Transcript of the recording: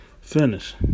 finish